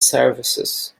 services